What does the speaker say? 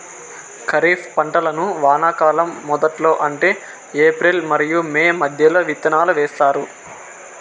ఖరీఫ్ పంటలను వానాకాలం మొదట్లో అంటే ఏప్రిల్ మరియు మే మధ్యలో విత్తనాలు వేస్తారు